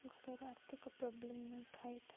ଘରର ଆର୍ଥିକ ପ୍ରୋବ୍ଲେମ୍ ନଥାଏ ତା'ହାଲେ